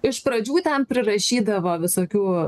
iš pradžių ten prirašydavo visokių